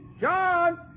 John